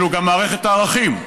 זה גם מערכת הערכים,